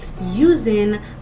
using